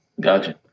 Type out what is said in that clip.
gotcha